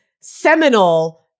seminal